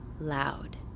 loud